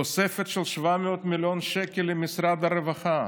תוספת של 700 מיליון שקל למשרד הרווחה,